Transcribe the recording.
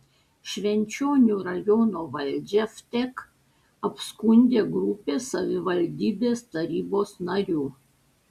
švenčionių rajono valdžią vtek apskundė grupė savivaldybės tarybos narių